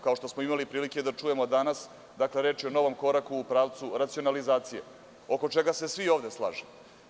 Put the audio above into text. Kao što smo imali prilike da čujemo danas, reč je o novom koraku u pravcu racionalizacije, oko čega se svi ovde slažemo.